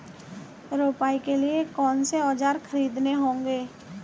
रोपाई के लिए कौन से औज़ार खरीदने होंगे?